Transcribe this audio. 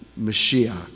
Mashiach